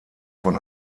von